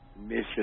mission